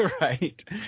Right